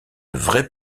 vrais